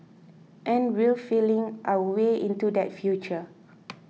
and we're feeling our way into that future